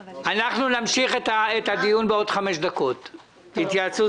בשעה 11:33.) אני מחדש את הישיבה.